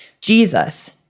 Jesus